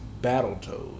Battletoads